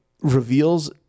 reveals